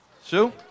Sue